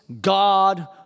God